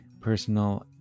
personal